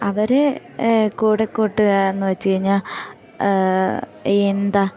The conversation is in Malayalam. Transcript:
അവർ കൂടെക്കൂട്ടുകയെന്നു വെച്ചു കഴിഞ്ഞാൽ എന്താ